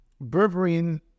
Berberine